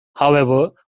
however